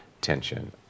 tension